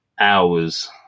hours